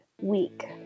week